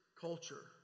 culture